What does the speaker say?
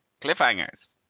cliffhangers